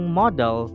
model